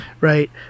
right